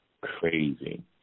crazy